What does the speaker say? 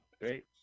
Great